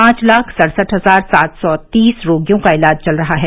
पांच लाख सड़सठ हजार सात सौ तीस रोगियों का इलाज चल रहा है